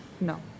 No